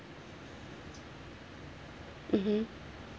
mmhmm